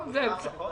אני מבקש